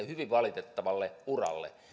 hyvin valitettavalle uralle